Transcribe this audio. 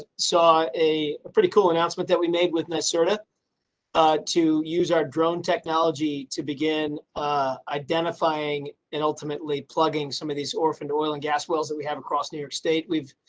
saw a pretty cool announcement that we made with. sort of ah to use our drone technology to begin identifying and ultimately plugging some of these orphaned oil and gas wells that we have across new york state. we've.